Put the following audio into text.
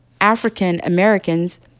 African-Americans